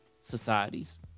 societies